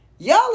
Y'all